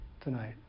tonight